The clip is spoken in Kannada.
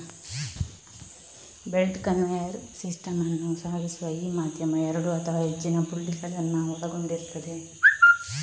ಬೆಲ್ಟ್ ಕನ್ವೇಯರ್ ಸಿಸ್ಟಮ್ ಅನ್ನು ಸಾಗಿಸುವ ಈ ಮಾಧ್ಯಮ ಎರಡು ಅಥವಾ ಹೆಚ್ಚಿನ ಪುಲ್ಲಿಗಳನ್ನ ಒಳಗೊಂಡಿರ್ತದೆ